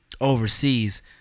overseas